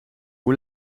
hoe